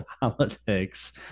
politics